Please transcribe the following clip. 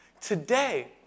Today